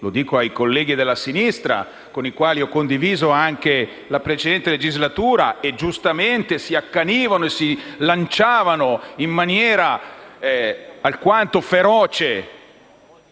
rivolgo ai colleghi della sinistra, con cui ho condiviso anche la precedente legislatura, i quali - giustamente - si accanivano e si lanciavano in maniera alquanto feroce